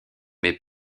mais